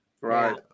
Right